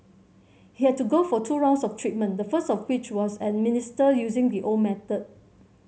he had to go for two rounds of treatment the first of which was administered using the old method